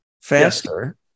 faster